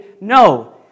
no